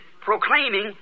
proclaiming